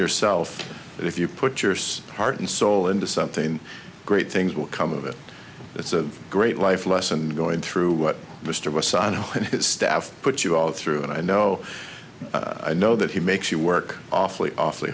yourself if you put your son heart and soul into something great things will come of it it's a great life lesson going through what mr wasan and his staff put you all through and i know i know that he makes you work awfully awfully